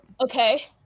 Okay